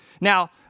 Now